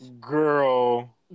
girl